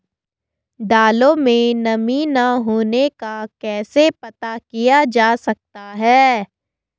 दालों में नमी न होने का कैसे पता किया जा सकता है?